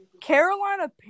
Carolina